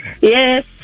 Yes